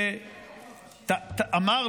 תבע,